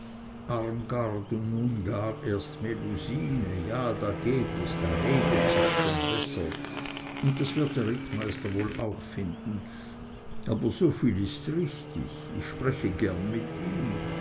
nun gar erst melusine ja da geht es da redet sich's schon besser und das wird der rittmeister wohl auch finden aber soviel ist richtig ich spreche gern mit ihm